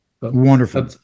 Wonderful